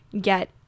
get